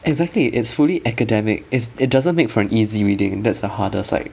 exactly it's fully academic is it doesn't make for an easy reading that's the hardest like